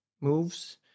moves